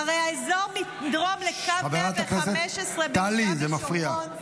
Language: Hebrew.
הרי האזור מדרום לקו 115, טלי, זה מפריע.